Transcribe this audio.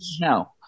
No